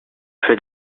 for